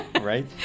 Right